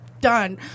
done